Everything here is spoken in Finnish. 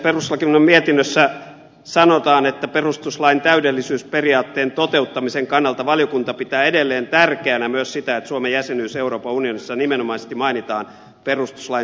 perustuslakivaliokunnan mietinnössä sanotaan että perustuslain täydellisyysperiaatteen toteuttamisen kannalta valiokunta pitää edelleen tärkeänä myös sitä että suomen jäsenyys euroopan unionissa nimenomaisesti mainitaan perustuslain tekstissä